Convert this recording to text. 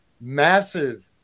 massive